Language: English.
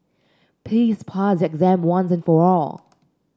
please pass exam once and for all